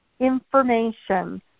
information